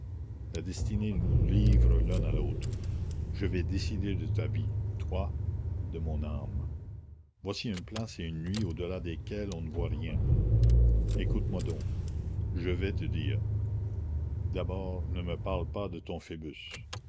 la destinée nous livre l'un à l'autre je vais décider de ta vie toi de mon âme voici une place et une nuit au delà desquelles on ne voit rien écoute-moi donc je vais te dire d'abord ne me parle pas de ton